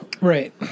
right